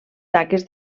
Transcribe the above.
taques